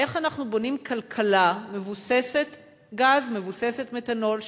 איך אנחנו בונים כלכלה מבוססת-גז ומבוססת-מתנול,